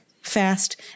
fast